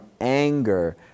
anger